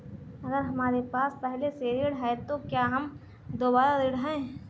अगर हमारे पास पहले से ऋण है तो क्या हम दोबारा ऋण हैं?